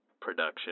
production